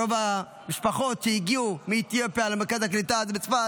רוב המשפחות שהגיעו מאתיופיה למרכז הקליטה הזה בצפת,